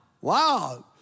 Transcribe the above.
wow